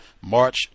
March